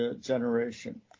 generation